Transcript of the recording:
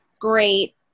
great